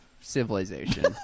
civilization